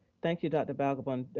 thank you, dr. balgobin,